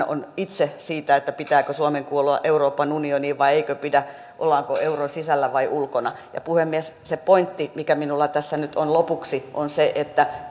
on itse siitä pitääkö suomen kuulua euroopan unioniin vai eikö pidä ollaanko euron sisällä vai ulkona puhemies se pointti mikä minulla tässä nyt on lopuksi on se että